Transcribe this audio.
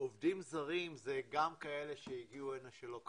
עובדים זרים זה גם כאלה שהגיעו הנה שלא כחוק,